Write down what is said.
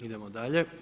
Idemo dalje.